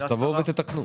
אז תבואו ותתקנו.